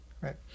Right